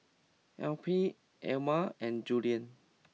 Alpheus Elma and Julian